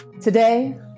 Today